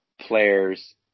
players